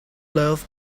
love